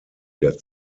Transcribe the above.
der